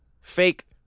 fake